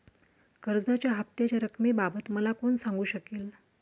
कर्जाच्या हफ्त्याच्या रक्कमेबाबत मला कोण सांगू शकेल?